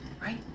Right